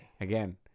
Again